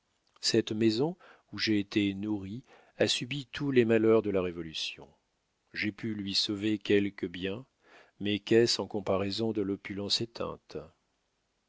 cette maison où j'ai été nourri a subi tous les malheurs de la révolution j'ai pu lui sauver quelque bien mais qu'est-ce en comparaison de l'opulence éteinte